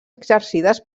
exercides